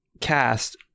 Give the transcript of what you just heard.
cast